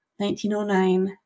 1909